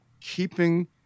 keeping